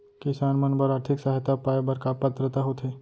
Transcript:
किसान मन बर आर्थिक सहायता पाय बर का पात्रता होथे?